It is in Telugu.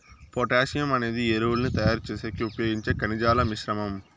పొటాషియం అనేది ఎరువులను తయారు చేసేకి ఉపయోగించే ఖనిజాల మిశ్రమం